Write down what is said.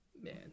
man